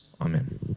Amen